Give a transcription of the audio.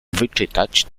wyczytać